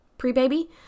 pre-baby